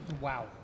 Wow